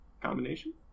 Combination